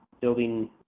building